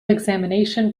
examination